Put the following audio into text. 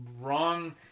wrong